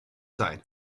sein